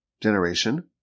generation